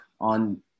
on